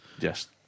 Yes